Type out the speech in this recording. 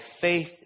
faith